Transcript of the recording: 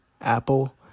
Apple